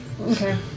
okay